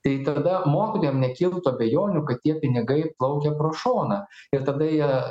tai tada mokytojam nekiltų abejonių kad tie pinigai plaukia pro šoną ir tada jie